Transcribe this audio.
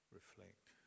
reflect